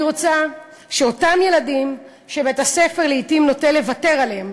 אני רוצה שאותם ילדים שבית-הספר לעתים נוטה לוותר עליהם